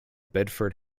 bedford